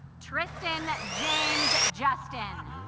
tristan james justin